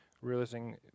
realizing